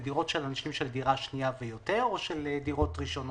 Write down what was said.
אלו דירות של אנשים של דירה שנייה ויותר או של דירות ראשונות?